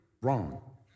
wrong